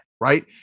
right